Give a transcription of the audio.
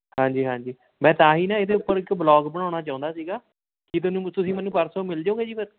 ਹਾਂਜੀ ਹਾਂਜੀ ਮੈਂ ਤਾਂ ਹੀ ਨਾ ਇਹਦੇ ਉੱਪਰ ਇੱਕ ਬਲੋਗ ਬਣਾਉਣਾ ਚਾਹੁੰਦਾ ਸੀਗਾ ਕੀ ਤੁਸੀਂ ਮੈਨੂੰ ਪਰਸੋਂ ਮਿਲ ਜਾਉਂਗੇ ਜੀ ਫਿਰ